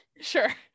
sure